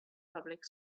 public